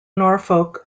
norfolk